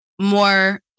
more